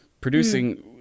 producing